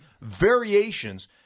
variations